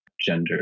gender